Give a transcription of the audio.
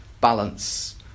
balance